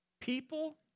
People